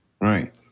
Right